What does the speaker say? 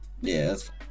Yes